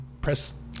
press